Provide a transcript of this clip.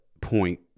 point